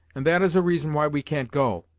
and that is a reason why we can't go.